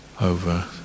over